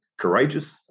courageous